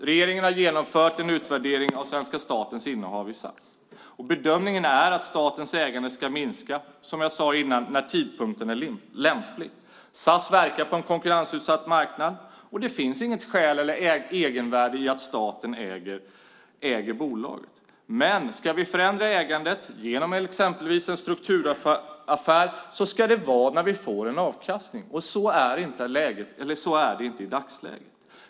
Regeringen har genomfört en utvärdering av svenska statens innehav i SAS, och bedömningen är att statens ägande ska minska, som jag sade tidigare, när tidpunkten är lämplig. SAS verkar på en konkurrensutsatt marknad. Det finns inget skäl till eller egenvärde i att staten äger bolaget. Men ska vi förändra ägandet genom exempelvis en strukturaffär ska det göras när vi får en avkastning, och så är det inte i dagsläget.